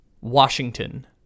Washington